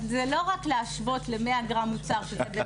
אז זה לא רק להשוות ל-100 גרם מוצר כמו